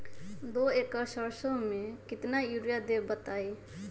दो एकड़ सरसो म केतना यूरिया देब बताई?